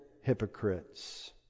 hypocrites